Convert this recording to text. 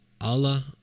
Allah